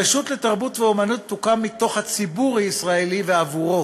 הרשות לתרבות ואמנות תוקם מתוך הציבור הישראלי ועבורו,